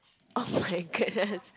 oh my goodness